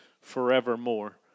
forevermore